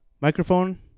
Microphone